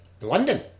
London